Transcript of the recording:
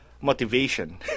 Motivation